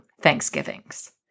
Thanksgivings